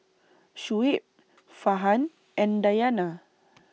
Shoaib Farhan and Dayana